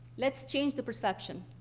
let's change the perception.